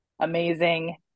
amazing